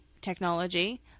technology